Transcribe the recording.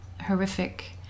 horrific